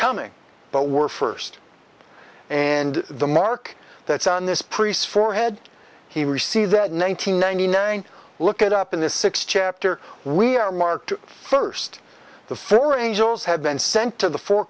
coming but we're first and the mark that's on this priest forehead he received that nine hundred ninety nine look it up in the six chapter we are marked first the floor angels have been sent to the four